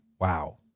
Wow